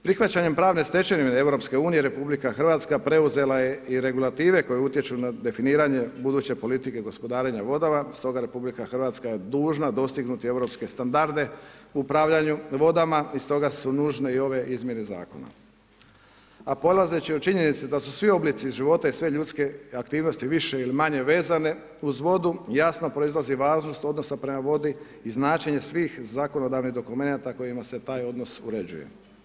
Prihvaćanjem pravne stečevine EU, RH preuzela je i regulative koje utječu na definiranje buduće politike gospodarenje vodama, stoga RH je dužna dostignuti europske standarde u upravljanju vodama i stoga su nužne i ove izmjene Zakona, a polazeći od činjenice da su svi oblici života i sve ljudske aktivnosti više ili manje vezane uz vodu, jasno proizlazi važnost odnosa prema voda i značenje svih zakonodavnih dokumenata kojima se taj odnos uređuje.